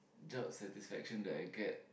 top satisfaction that I get